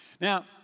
Now